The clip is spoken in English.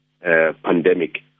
pandemic